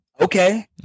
Okay